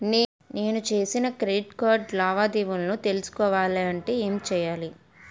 నేను చేసిన credit card లావాదేవీలను తెలుసుకోవాలంటే ఏం చేయాలి?